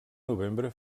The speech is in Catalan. novembre